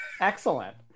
Excellent